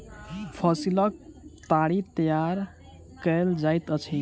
फसीलक ताड़ी तैयार कएल जाइत अछि